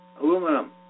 Aluminum